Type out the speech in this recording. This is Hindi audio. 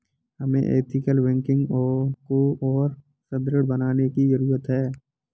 हमें एथिकल बैंकिंग को और सुदृढ़ बनाने की जरूरत है